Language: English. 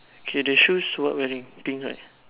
okay the shoes what wearing pink right